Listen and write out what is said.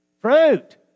Fruit